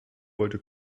wollte